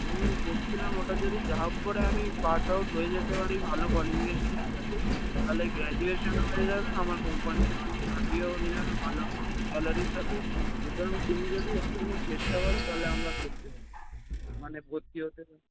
আমি দেখছিলাম ওটা যদি যা হোক করে আমি পাস আউট হয়ে যেতে পারি ভালো কোয়ালিফিকেশানের সাথে তাহলে গ্র্যাজুয়েশানও হয়ে যাবে আমার কোম্পানিতেতে মানে চাকরিও হয়ে যাবে ভালো স্যালারির সাথে সুতরাং কম যদি একটু আমি চেষ্টা করো তাহলে আমরা করতে পারি মানে ভর্তি হতে পারি